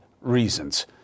reasons